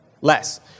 less